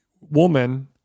woman